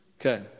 Okay